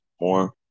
more